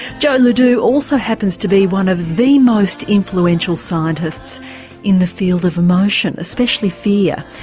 joe ledoux also happens to be one of the most influential scientists in the field of emotion, especially fear,